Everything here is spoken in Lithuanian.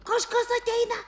kažkas ateina